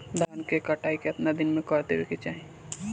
धान क कटाई केतना दिन में कर देवें कि चाही?